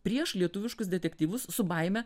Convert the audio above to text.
prieš lietuviškus detektyvus su baime